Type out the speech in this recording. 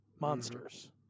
Monsters